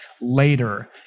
later